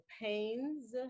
pains